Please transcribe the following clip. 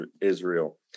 Israel